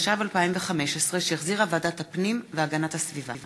התשע"ו 2015, שהחזירה ועדת הפנים והגנת הסביבה.